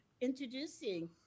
introducing